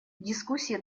дискуссии